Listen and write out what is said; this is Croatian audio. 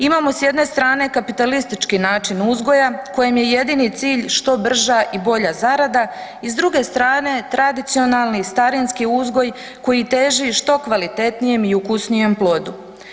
Imamo s jedne strane kapitalistički način uzgoja kojem je jedini cilj što brža i bolja zarada i s druge strane tradicionalni starinski uzgoj koji teži što kvalitetnijem i ukusnijem plodu.